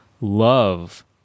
love